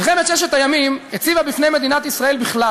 מלחמת ששת הימים הציבה בפני מדינת ישראל בכלל